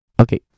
okay